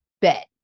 bet